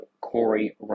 Corey